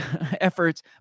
efforts